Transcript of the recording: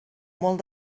molt